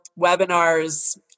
webinars